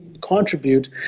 contribute